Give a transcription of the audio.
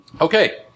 okay